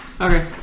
Okay